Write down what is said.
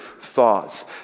thoughts